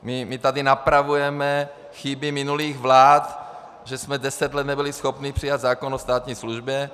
My tady napravujeme chyby minulých vlád, že jsme deset let nebyli schopni přijmout zákon o státní službě.